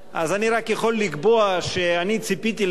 אני רק יכול לקבוע שאני ציפיתי לקצת